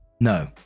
No